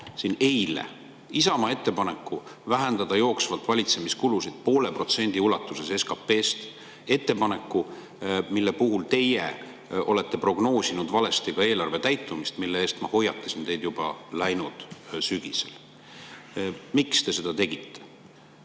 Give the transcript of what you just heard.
siin eile maha Isamaa ettepaneku vähendada jooksvalt valitsemiskulusid poole protsendi ulatuses SKP‑st. Ettepaneku, [mis puudutab seda, et] te olete prognoosinud valesti eelarve täitumist, mille eest ma hoiatasin teid juba läinud sügisel. Miks te seda tegite?